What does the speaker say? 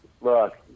look